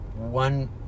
one